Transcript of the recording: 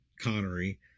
Connery